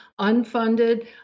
unfunded